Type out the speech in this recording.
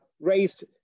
raised